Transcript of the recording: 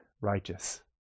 righteous